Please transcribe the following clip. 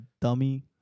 dummy